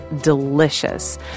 delicious